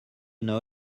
know